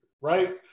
right